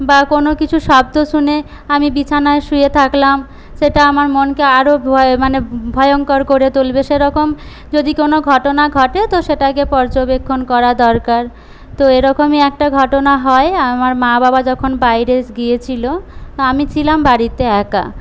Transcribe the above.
বা কোনো কিছু শব্দ শুনে আমি বিছানায় শুয়ে থাকলাম সেটা আমার মনকে আরও ভয় মানে ভয়ঙ্কর করে তুলবে সেরকম যদি কোন ঘটনা ঘটে তো সেটাকে পর্যবেক্ষণ করা দরকার তো এরকমই একটা ঘটনা হয় আমার মা বাবা যখন বাইরে গিয়েছিল আমি ছিলাম বাড়িতে একা